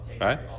right